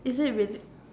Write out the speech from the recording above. is it really